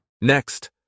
Next